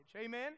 Amen